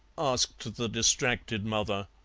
asked the distracted mother.